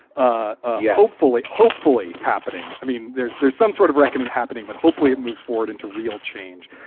ah hopefully. hopefully happening. i mean, there's there's some sort of reckoning happening, but hopefully it moves forward into real change.